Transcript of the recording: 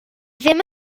ddim